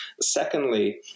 Secondly